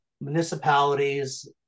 municipalities